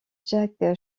jack